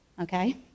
Okay